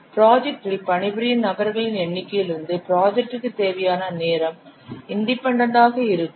ப்ராஜெக்டில் பணிபுரியும் நபர்களின் எண்ணிக்கையிலிருந்து ப்ராஜெக்டிற்கு தேவையான நேரம் இன்டிபென்டன்ட் ஆக இருக்கும்